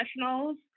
professionals